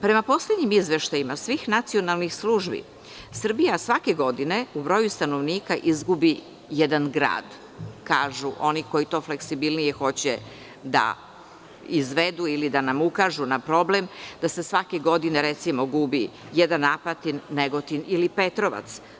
Prema poslednjim izveštajima svih nacionalnih službi, Srbija svake godine u broju stanovnika izgubi jedan grad, kažu oni koji to fleksibilnije hoće da izvedu ili da nam ukažu na problem da se svake godine, recimo, gubi jedan Apatin, Negotin ili Petrovac.